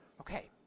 Okay